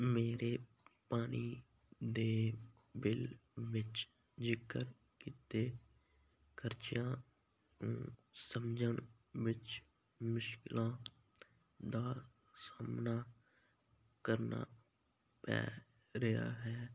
ਮੇਰੇ ਪਾਣੀ ਦੇ ਬਿੱਲ ਵਿੱਚ ਜ਼ਿਕਰ ਕੀਤੇ ਖਰਚਿਆਂ ਨੂੰ ਸਮਝਣ ਵਿੱਚ ਮੁਸ਼ਕਿਲਾਂ ਦਾ ਸਾਹਮਣਾ ਕਰਨਾ ਪੈ ਰਿਹਾ ਹੈ